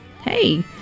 hey